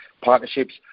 partnerships